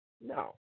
No